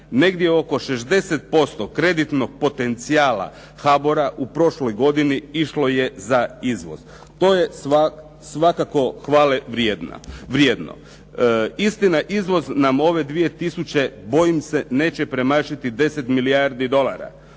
negdje oko 60% kreditnog potencijala HBOR-a u prošloj godini išlo je za izvoz. To je svakako hvale vrijedno. Istina, izvoz nam ove 2000 bojim se neće premašiti 10 milijardi dolara.